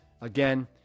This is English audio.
Again